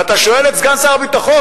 ואתה שואל את סגן שר הביטחון,